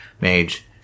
mage